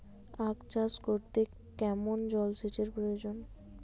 আখ চাষ করতে কেমন জলসেচের প্রয়োজন?